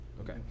Okay